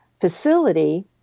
facility